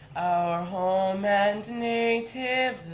our home and native